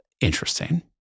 interesting